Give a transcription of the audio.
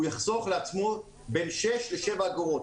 הוא יחסוך לעצמו בין שש לשבע אגורות,